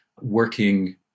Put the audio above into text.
working